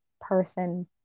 person